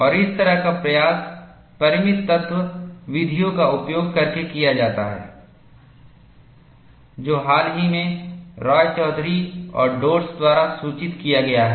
और इस तरह का प्रयास परिमित तत्व विधियों का उपयोग करके किया जाता है जो हाल ही में रॉयचौधरी और डोड्स द्वारा सूचित किया गया है